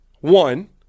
one